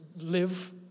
live